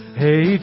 hey